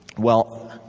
well,